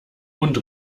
und